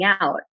out